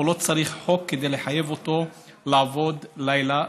לא צריך חוק כדי לחייב אותו לעבוד לילה,